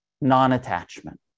non-attachment